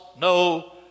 no